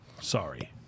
Sorry